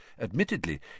Admittedly